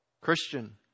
Christian